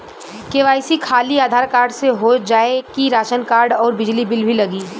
KYC खाली Aadhaar card से हो जाए कि राशन कार्ड अउर बिजली बिल भी लगी?